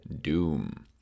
doom